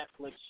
Netflix